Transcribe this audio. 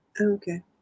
Okay